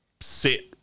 sit